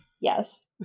Yes